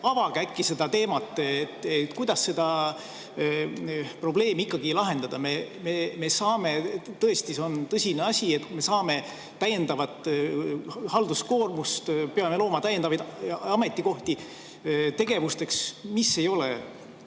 Avage seda teemat. Kuidas seda probleemi ikkagi lahendada? Tõesti, see on tõsine asi, et me saame täiendavat halduskoormust, peame looma täiendavaid ametikohti tegevusteks, mis ei ole